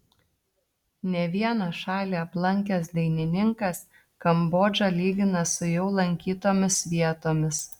ne vieną šalį aplankęs dainininkas kambodžą lygina su jau lankytomis vietomis